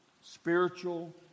spiritual